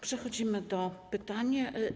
Przechodzimy do pytań.